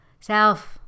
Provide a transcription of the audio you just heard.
self